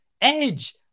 edge